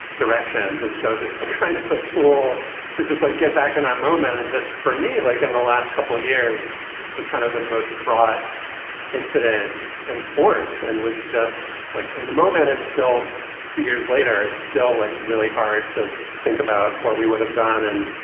reactions and so this kind of a tool to just like get back in a um moment and this for me. like in the last couple years was kind of the most fraught incident in sports and was just like in the moment. and still two years later, it's still like really hard to think about what we would have done and,